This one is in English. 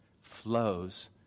flows